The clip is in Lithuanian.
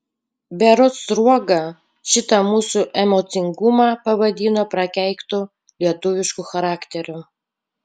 berods sruoga šitą mūsų emocingumą pavadino prakeiktu lietuvišku charakteriu